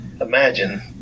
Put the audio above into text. imagine